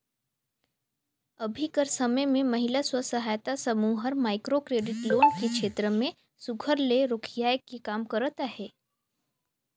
अभीं कर समे में महिला स्व सहायता समूह हर माइक्रो क्रेडिट लोन के छेत्र में सुग्घर ले रोखियाए के काम करत अहे